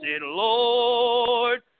Lord